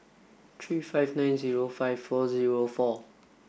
three five nine zero five four zero four